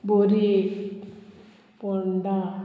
Borim Ponda